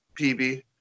PB